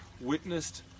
witnessed